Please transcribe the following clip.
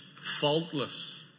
Faultless